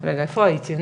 רגע, איפה הייתי?